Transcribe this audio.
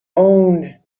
own